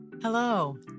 Hello